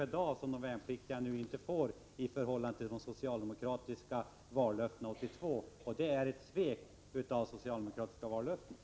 per dag som de värnpliktiga nu inte får i förhållande till de socialdemokratiska vallöftena 1982, och det innebär ett svek av socialdemokraterna.